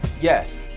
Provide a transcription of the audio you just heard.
yes